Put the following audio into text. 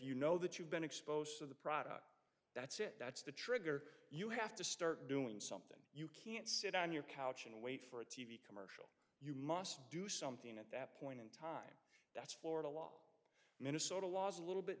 you know that you've been exposed to the product that's it that's the trigger you have to start doing something you can't sit on your couch and wait for it you must do something at that point in time that's florida law minnesota law is a little bit